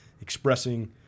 expressing